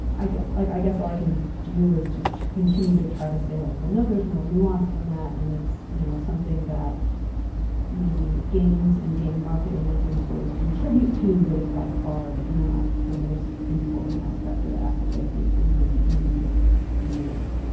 i guess like i guess all i can do is just continue to try to say like well no there's more nuanced than that and it's you know something that maybe games and game marketing and games stories contribute to. but it's by far like not the most important aspect or the aspect that i think is in need of the most.